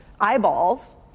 eyeballs